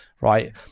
right